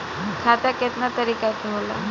खाता केतना तरीका के होला?